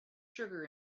sugar